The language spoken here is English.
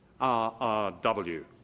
RRW